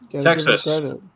Texas